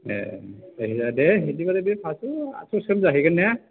ए जायखिजाया दे बिदिबालाय बै पास्स' आटस'सिम जाहैगोनने